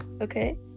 okay